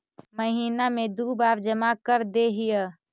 महिना मे दु बार जमा करदेहिय?